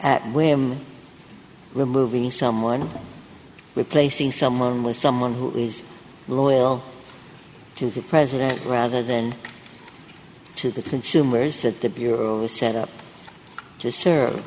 whim removing someone replacing someone with someone who is loyal to the president rather than to the consumers that the bureau set up to serve